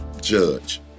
judge